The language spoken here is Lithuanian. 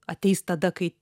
ateis tada kai